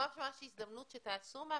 רק לומר שיש פה ממש ממש הזדמנות שתעשו מהפכה,